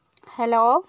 hello